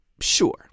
sure